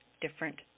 different